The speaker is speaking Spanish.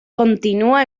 continúa